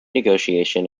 negotiation